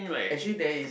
actually there is